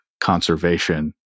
conservation